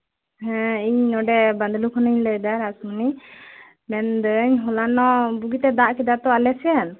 ᱦᱮᱸ ᱤᱧ ᱱᱚᱰᱮ ᱵᱟᱸᱫᱽᱞᱩ ᱠᱷᱚᱱ ᱤᱧ ᱞᱟᱹᱭ ᱮ ᱫᱟ ᱥᱩᱢᱤ ᱢᱮᱱᱫᱟᱹᱧ ᱦᱚᱞᱟᱱᱚᱜ ᱵᱩᱜᱤᱛᱮᱭ ᱫᱟᱜ ᱠᱮᱫᱟ ᱛᱚ ᱟᱞᱮᱥᱮᱱ